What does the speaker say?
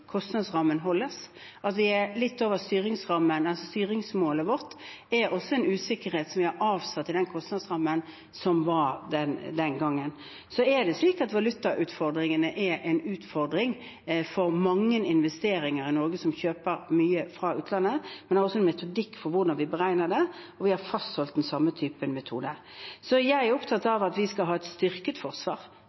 Kostnadsrammen holdes. At vi er litt over styringsmålet vårt, er også en usikkerhet som vi har avsatt i den kostnadsrammen som var den gangen. Det er slik at valutautfordringene er en utfordring for mange investeringer i Norge som kjøper mye fra utlandet, men vi har også en metodikk for hvordan vi beregner det, og vi har fastholdt den samme type metode. Jeg er opptatt av at vi skal ha et styrket forsvar.